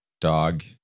dog